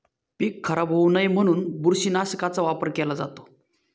पीक खराब होऊ नये म्हणून बुरशीनाशकाचा वापर केला जातो